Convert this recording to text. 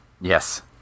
Yes